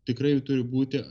tikrai turi būti